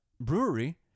brewery